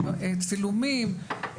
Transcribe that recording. צילומים,